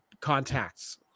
contacts